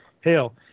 Hell